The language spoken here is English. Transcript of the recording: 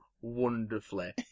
wonderfully